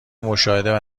مشاهده